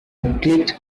clicked